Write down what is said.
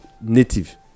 native